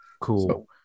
Cool